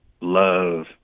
love